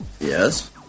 Yes